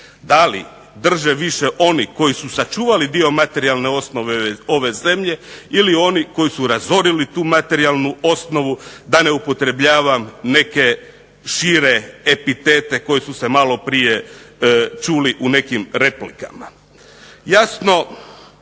da li drže više oni koji su sačuvali dio materijalne osnove ove zemlje ili oni koji su razorili tu materijalnu osnovu da ne upotrebljavam neke šire epitete koji su se maloprije čuli u nekim replikama. Jasno,